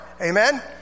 Amen